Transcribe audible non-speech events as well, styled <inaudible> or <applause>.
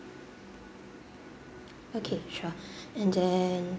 okay sure <breath> and then